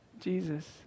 Jesus